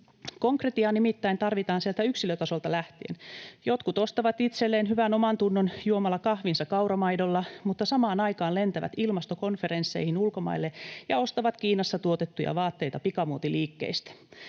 Konkretiaa nimittäin tarvitaan sieltä yksilötasolta lähtien. Jotkut ostavat itselleen hyvän omantunnon juomalla kahvinsa kauramaidolla mutta samaan aikaan lentävät ilmastokonferensseihin ulkomaille ja ostavat Kiinassa tuotettuja vaatteita pikamuotiliikkeistä.